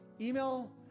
Email